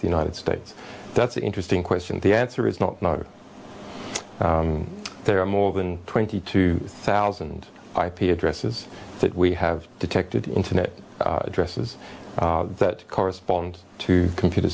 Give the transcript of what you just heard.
the united states that's an interesting question the answer is not there are more than twenty two thousand ip addresses that we have detected internet addresses that correspond to computer